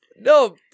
No